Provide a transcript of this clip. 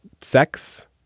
sex